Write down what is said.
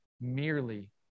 merely